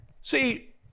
See